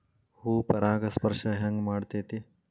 ಹೂ ಪರಾಗಸ್ಪರ್ಶ ಹೆಂಗ್ ಮಾಡ್ತೆತಿ?